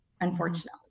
unfortunately